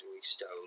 stone